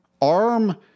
arm